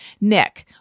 Nick